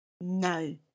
No